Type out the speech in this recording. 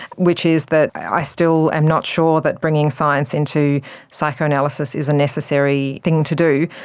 which is that i still am not sure that bringing science into psychoanalysis is a necessary thing to do.